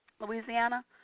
Louisiana